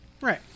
Right